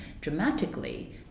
dramatically